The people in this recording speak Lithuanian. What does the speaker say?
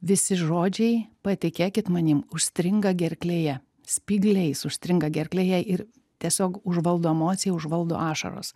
visi žodžiai patikėkit manim užstringa gerklėje spygliais užstringa gerklėje ir tiesiog užvaldo emocija užvaldo ašaros